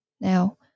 now